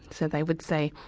so they would say,